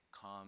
come